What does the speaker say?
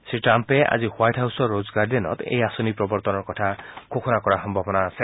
শ্ৰীট্টাম্পে আজি হোৱাইট হাউছৰ ৰোজ গাৰ্ডেনত এই আঁচনি প্ৰৱৰ্তনৰ কথা ঘোষণা কৰাৰ সম্ভাৱনা আছে